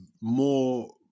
more